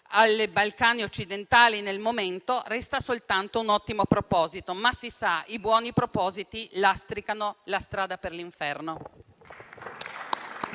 ai Balcani occidentali al momento resta soltanto un ottimo proposito. Ma, si sa, i buoni propositi lastricano la strada per l'inferno.